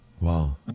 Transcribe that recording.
wow